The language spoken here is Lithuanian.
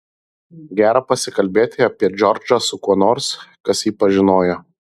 gera pasikalbėti apie džordžą su kuo nors kas jį pažinojo